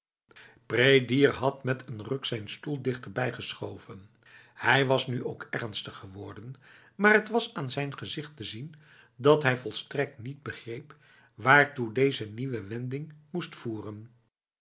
prédier had met een ruk zijn stoel dichterbij geschoven hij was nu ook ernstig geworden maar het was aan zijn gezicht te zien dat hij volstrekt niet begreep waartoe deze nieuwe wending moest voeren